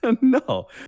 No